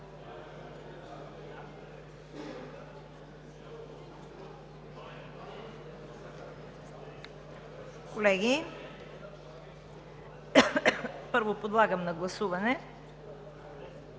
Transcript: Колеги, първо подлагам на гласуване